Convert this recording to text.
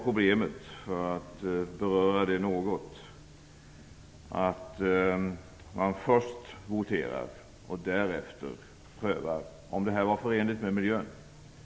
Problemet är att man först voterade och därefter prövade om detta var förenligt med miljön.